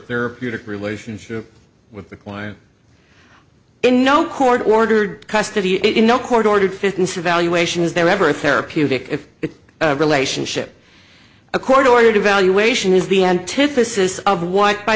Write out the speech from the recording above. therapeutic relationship with the choir no court ordered custody you know court ordered fitness evaluation is there ever a therapeutic if the relationship a court order to valuation is the antithesis of what by